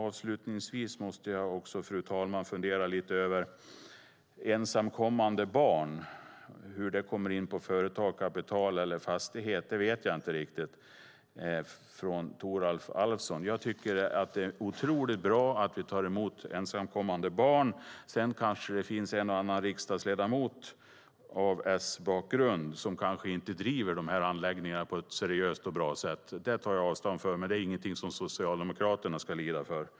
Avslutningsvis måste jag fundera lite över hur ensamkommande barn kommer in i bilden när det gäller företag, kapital och fastigheter. Det vet jag inte riktigt. Thoralf Alfsson har tagit upp detta. Jag tycker att det är otroligt bra att vi tar emot ensamkommande barn. Sedan kanske det finns en och annan riksdagsledamot av S-bakgrund som inte driver de här anläggningarna på ett seriöst och bra sätt. Det tar jag avstånd från, men det är ingenting som Socialdemokraterna ska lida för.